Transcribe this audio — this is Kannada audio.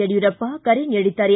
ಯಡಿಯೂರಪ್ಪ ಕರೆ ನೀಡಿದ್ದಾರೆ